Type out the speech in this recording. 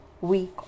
week